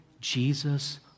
Jesus